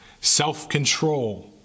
self-control